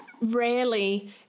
rarely